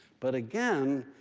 but again,